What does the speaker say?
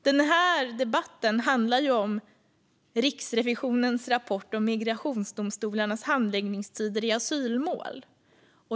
Denna debatt handlar om Riksrevisionens rapport om migrationsdomstolarnas handläggningstider i asylmål.